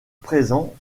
présent